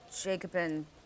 Jacobin